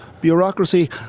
Bureaucracy